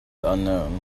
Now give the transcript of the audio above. unknown